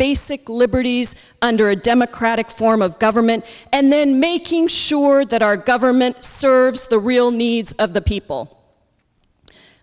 basic liberties under a democratic form of government and then making sure that our government serves the real needs of the people